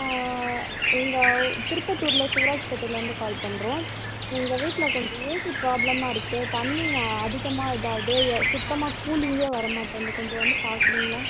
எங்கள் திருப்பத்தூரில் சிவராஜ் பேட்டையிலேருந்து கால் பண்ணுறோம் எங்கள் வீட்டில் கொஞ்சம் ஏசி ப்ராப்ளமாக இருக்குது தண்ணி அதிகமாக இதாகுது சுத்தமாக கூலிங்கே வரமாட்டேன்து கொஞ்சம் வந்து பாக்குறிங்களா